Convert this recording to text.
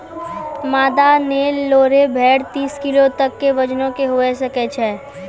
मादा नेल्लोरे भेड़ तीस किलो तक के वजनो के हुए सकै छै